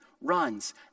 runs